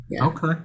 Okay